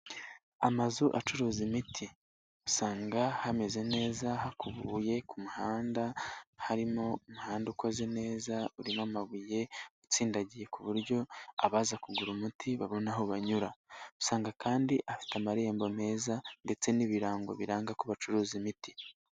Amazu acuruza imiti usanga hameze neza hakubuye ku muhanda harimo umuhanda ukoze neza, urimo amabuye utsindagiye ku buryo abaza kugura umuti babona aho banyura, usanga kandi hafite amarembo meza ndetse n'ibirango biranga ko bacuruza imiti.